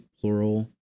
plural